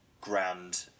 grand